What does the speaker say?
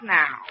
now